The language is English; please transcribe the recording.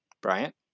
Bryant